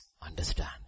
Understand